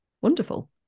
wonderful